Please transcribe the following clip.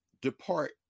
depart